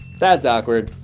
that's awkward.